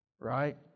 Right